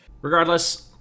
Regardless